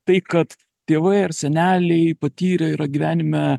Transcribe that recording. tai kad tėvai ar seneliai patyrę yra gyvenime